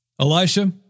Elisha